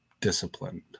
disciplined